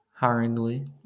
hiringly